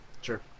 Sure